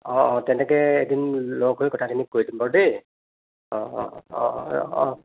অঁ অঁ তেনেকৈ এদিন লগ হৈ কথাখিনি কৈ দিম বাৰু দেই অঁ অঁ অঁ অঁ অঁ